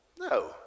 No